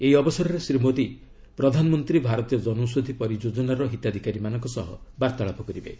ଏହି ଅବସରରେ ଶ୍ରୀ ମୋଦି 'ପ୍ରଧାନମନ୍ତ୍ରୀ ଭାରତୀୟ କନୌଷଧି ପରିଯୋଜନାର ହିତାଧିକାରୀମାନଙ୍କ ସହ ବାର୍ତ୍ତାଳାପ କରିବେ